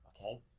Okay